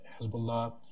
Hezbollah